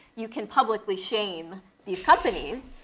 you can publicly shame these companies,